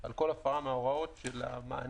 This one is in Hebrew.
על כל הפרה מהוראות המענה.